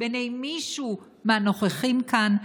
בעיני מישהו מהנוכחים כאן?